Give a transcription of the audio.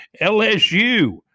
LSU